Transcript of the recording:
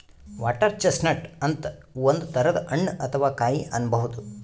water chestnut ಅಂತ್ ಒಂದ್ ತರದ್ ಹಣ್ಣ್ ಅಥವಾ ಕಾಯಿ ಅನ್ಬಹುದ್